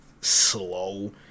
slow